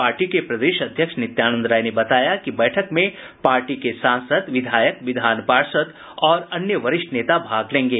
party के प्रदेश अध्यक्ष नित्यानंद राय ने बताया कि बैठक में पार्टी के सांसद विधायक विधान पार्षद और अन्य वरिष्ठ नेता भाग लेंगे